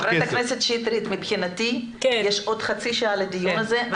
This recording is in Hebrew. ח"כ שטרית מבחינתי יש עוד חצי שעה לדיון הזה,